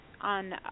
on